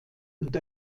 und